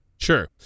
Sure